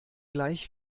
gleich